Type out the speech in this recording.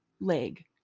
leg